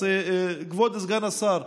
אז כבוד סגן השר,